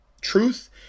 truth